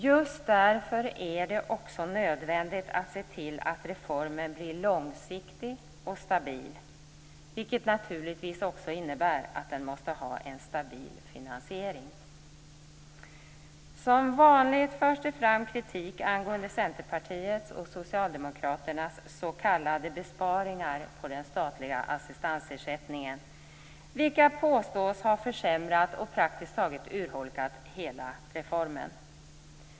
Just därför är det nödvändigt att se till att reformen blir långsiktig och stabil, vilket naturligtvis också innebär att den måste ha en stabil finansiering. Som vanligt förs det fram kritik angående Centerpartiets och Socialdemokraternas s.k. besparingar på den statliga assistansersättningen vilka påstås ha försämrat och praktiskt taget urholkat hela reformen.